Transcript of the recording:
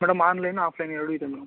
madam online offline ಎರಡೂ ಇದೆ madam